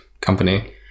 company